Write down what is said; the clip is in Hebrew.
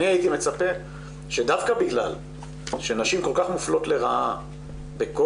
אני הייתי מצפה שדווקא בגלל שנשים כל כך מופלות לרעה בכל